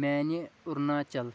میانہِ أروٗناچل